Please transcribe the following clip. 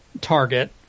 target